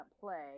play